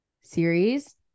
series